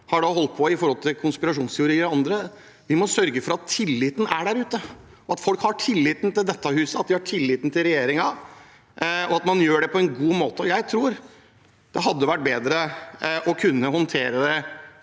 har nevnt, som konspirasjonsteorier og annet. Vi må sørge for at tilliten er der ute, at folk har tillit til dette huset, at de har tillit til regjeringen og at man gjør det på en god måte. Jeg tror det hadde vært bedre å kunne håndtere det